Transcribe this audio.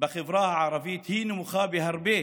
בחברה הערבית נמוכה בהרבה